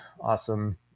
awesome